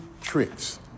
tricks